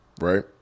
right